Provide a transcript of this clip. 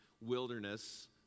wilderness